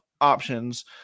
options